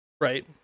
Right